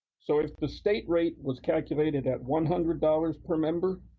so if the state rate was calculated at one hundred dollars per member,